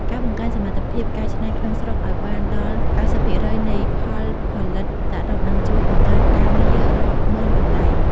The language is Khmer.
ការបង្កើនសមត្ថភាពកែច្នៃក្នុងស្រុកឱ្យបានដល់ ៩០% នៃផលផលិតសរុប នឹងជួយបង្កើតការងាររាប់ម៉ឺនកន្លែង។